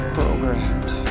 programmed